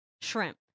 shrimp